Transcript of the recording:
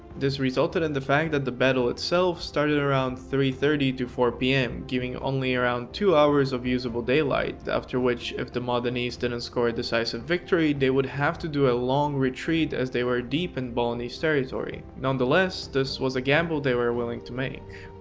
this resulted in the fact that the battle itself started around three thirty to four pm giving only around two hours of usable daylight, after which if the modenese didn't and score a decisive victory they would have to do a long retreat as they were deep and but in bolognese so territory. none the less this was a gamble they were willing to make.